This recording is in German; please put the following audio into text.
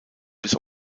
bis